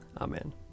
Amen